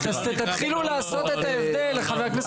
תתחילו לעשות את ההבדל חבר הכנסת קריב.